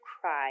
cry